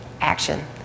Action